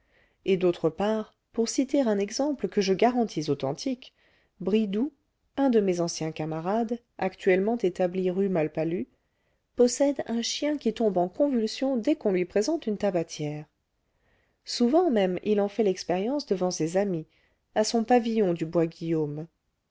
et d'autre part pour citer un exemple que je garantis authentique bridoux un de mes anciens camarades actuellement établi rue malpalu possède un chien qui tombe en convulsions dès qu'on lui présente une tabatière souvent même il en fait l'expérience devant ses amis à son pavillon du bois guillaume